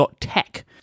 .tech